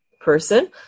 person